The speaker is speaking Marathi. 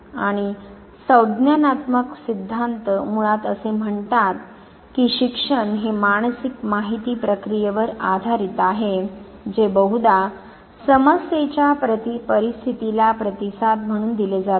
आता संज्ञानात्मक सिद्धांत मुळात असे म्हणतात की शिक्षण हे मानसिक माहिती प्रक्रियेवर आधारित आहे जे बहुधा समस्येच्या परिस्थितीला प्रतिसाद म्हणून दिले जाते